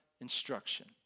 instruction